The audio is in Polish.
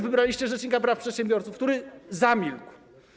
Wybraliście rzecznika praw przedsiębiorców, który zamilkł.